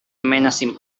menacing